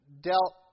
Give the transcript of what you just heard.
dealt